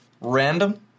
random